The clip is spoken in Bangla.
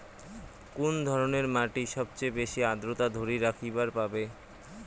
কুন ধরনের মাটি সবচেয়ে বেশি আর্দ্রতা ধরি রাখিবার পারে?